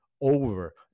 over